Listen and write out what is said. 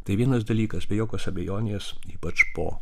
tai vienas dalykas be jokios abejonės ypač po